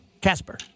Casper